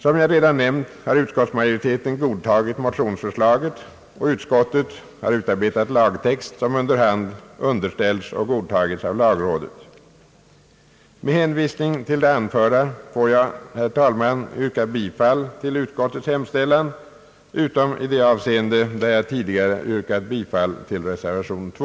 Som jag redan nämnt har utskottsmajoriteten godtagit motionsförslaget, och utskottet har utarbetat en lagtext, som under hand underställts lagrådet och godtagits. Med hänvisning till det anförda får jag, herr talman, yrka bifall till utskottets hemställan utom i det avseende Ang. kommunal förköpsrätt till mark där jag tidigare yrkat bifall till reservation IL